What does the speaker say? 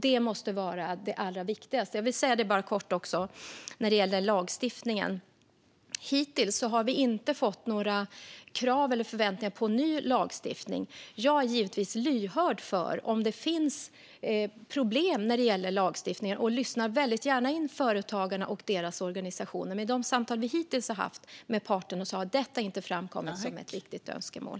Det måste vara det allra viktigaste. När det gäller lagstiftningen vill jag säga helt kort att vi hittills inte har fått några krav eller förväntningar på ny lagstiftning. Jag är givetvis lyhörd för om det finns problem med lagstiftningen och lyssnar väldigt gärna in företagarna och deras organisationer. I de samtal vi hittills har haft med parterna har detta dock inte framkommit som ett viktigt önskemål.